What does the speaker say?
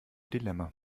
dilemma